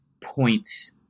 points